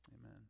amen